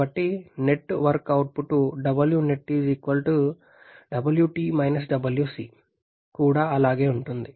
కాబట్టి network output కూడా అలాగే ఉంటుంది